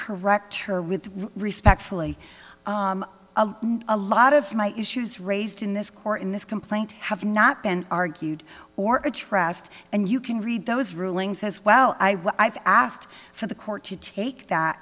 correct her with respect fully a lot of my issues raised in this court in this complaint have not been argued or a trust and you can read those rulings as well i what i've asked for the court to take that